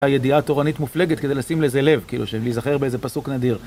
הייתה ידיעה תורנית מופלגת כדי לשים לזה לב, כאילו, שלהיזכר באיזה פסוק נדיר.